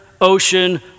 ocean